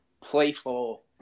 playful